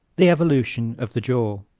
the evolution of the jaw